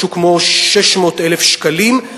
משהו כמו 600,000 שקלים,